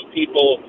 people